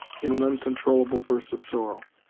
in an uncontrollable burst of sorrow,